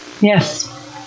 yes